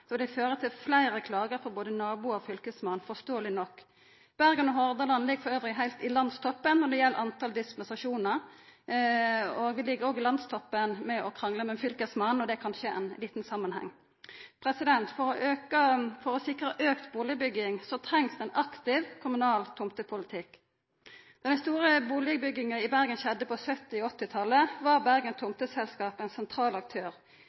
og dei fører til fleire klagar frå både naboar og fylkesmann, forståeleg nok. Bergen og Hordaland ligg elles heilt på landstoppen når det gjeld talet på dispensasjonar, og dei ligg òg på landstoppen i krangling med fylkesmannen – det har kanskje ein liten samanheng. For å sikra auka bustadbygging trengst ein aktiv kommunal tomtepolitikk. Da den store bustadbygginga i Bergen skjedde på 1970-talet og 1980-talet, var Bergen tomteselskap ein sentral aktør.